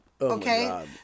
Okay